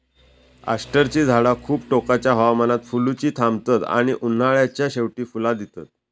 अष्टरची झाडा खूप टोकाच्या हवामानात फुलुची थांबतत आणि उन्हाळ्याच्या शेवटी फुला दितत